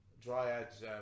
Dryads